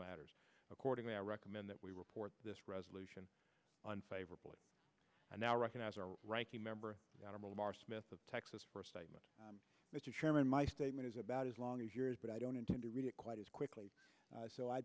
matters accordingly i recommend that we report this resolution on favorably i now recognize our ranking member on a bill maher smith of texas for a statement mr chairman my statement is about as long as yours but i don't intend to read it quite as quickly so i